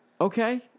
Okay